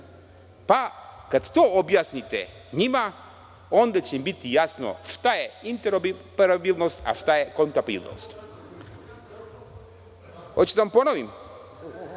Kada to objasnite njima, onda će im biti jasno šta je interoperabilnost, a šta je kompatibilnost. Hoćete da vam ponovim?